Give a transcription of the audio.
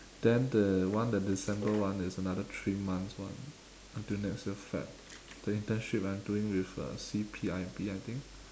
then the one the december one is another three months [one] until next year feb the internship that I'm doing with uh C_P_I_B I think